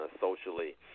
socially